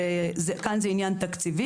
כאן זה עניין תקציבי,